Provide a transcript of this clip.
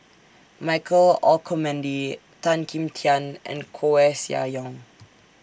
Michael Olcomendy Tan Kim Tian and Koeh Sia Yong